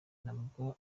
nabwo